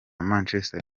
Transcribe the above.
manchester